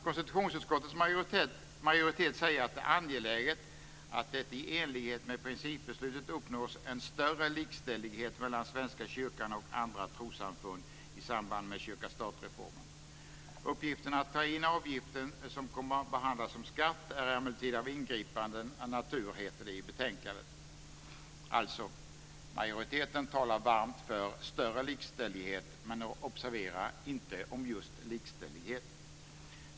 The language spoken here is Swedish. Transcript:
Konstitutionsutskottets majoritet säger att det är angeläget att det i enlighet med principbeslutet uppnås en större likställighet mellan Svenska kyrkan och andra trossamfund i samband med kyrkastat-reformen. Uppgiften att ta in avgiften, som kommer att behandlas som skatt, är emellertid av ingripande karaktär, heter det i betänkandet. Majoriteten talar alltså varmt för större likställighet men - observera - inte om just likställighet.